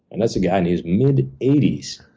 and that's a guy in his mid eighty s.